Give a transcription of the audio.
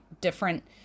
different